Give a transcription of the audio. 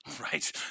Right